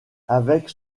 avec